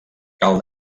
cal